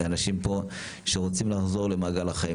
אנשים רוצים לחזור למעגל החיים,